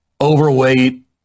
overweight